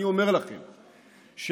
אני אומר לכם שאני,